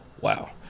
wow